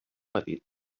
petits